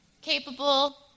capable